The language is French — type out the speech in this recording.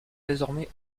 désormais